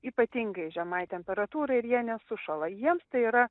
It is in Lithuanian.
ypatingai žemai temperatūrai ir jie nesušąla jiems tai yra